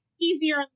Easier